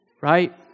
right